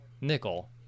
nickel